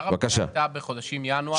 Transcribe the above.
עיקר הפגיעה הייתה בחודשים ינואר-פברואר.